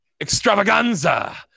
extravaganza